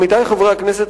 עמיתי חברי הכנסת,